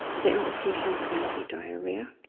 the implications are going to be diarrhea,